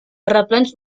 terraplens